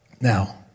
Now